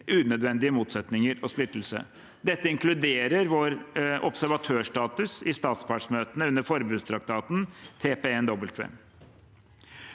unødvendige motsetninger og splittelse. Dette inkluderer vår observatørstatus i statspartsmøtene under Forbudstraktaten, TPNW.